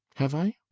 have i?